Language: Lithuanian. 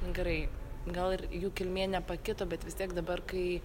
nu gerai gal ir jų kilmė nepakito bet vis tiek dabar kai